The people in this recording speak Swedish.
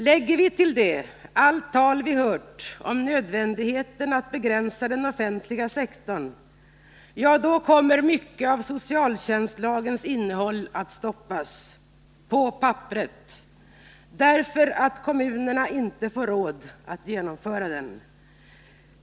Lägger vi till det allt tal vi hört om nödvändigheten av att begränsa den offentliga sektorn, då kommer mycket av socialtjänstlagens innehåll att stoppas — lagen stannar på papperet därför att kommunerna inte får råd att genomföra den.